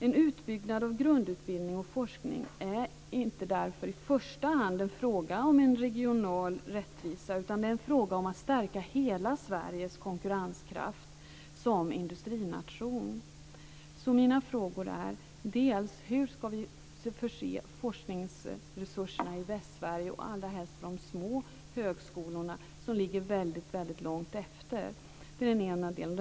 En utbyggnad av grundutbildning och forskning är därför inte i första hand en fråga om en regional rättvisa utan en fråga om att stärka hela Sveriges konkurrenskraft som industrination. Min fråga är: Hur skall vi förse Västsverige med forskningsresurser, allra helst de små högskolorna som ligger så väldigt långt efter? Det är den ena delen.